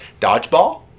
dodgeball